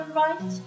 right